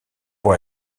pour